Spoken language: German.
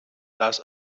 das